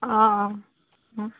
অঁ অঁ অ'